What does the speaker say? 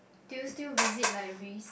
do you still visit libraries